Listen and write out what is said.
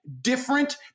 different